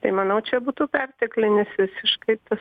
tai manau čia būtų perteklinis visiškai tas